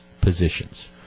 positions